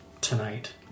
tonight